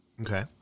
Okay